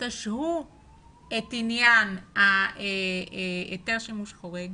שתשהו את עניין היתר שימוש חורג